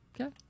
Okay